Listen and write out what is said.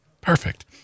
Perfect